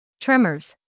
Tremors